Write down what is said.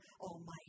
Almighty